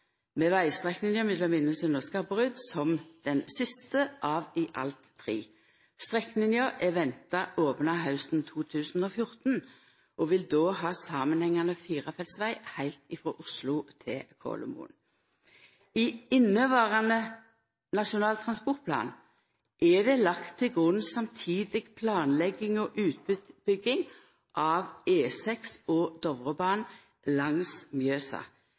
med vegstrekninga mellom Minnesund og Skaberud som den siste av i alt tre. Strekninga er venta opna hausten 2014 og vil då ha samanhengande firefeltsveg heilt frå Oslo til Kolomoen. I inneverande Nasjonal transportplan er det lagt til grunn samtidig planlegging og utbygging av E6 og Dovrebanen langs Mjøsa.